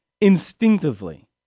instinctively